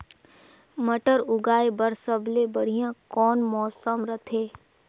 मटर उगाय बर सबले बढ़िया कौन मौसम रथे?